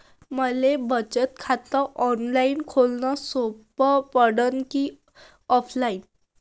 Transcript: मले बचत खात ऑनलाईन खोलन सोपं पडन की ऑफलाईन?